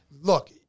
Look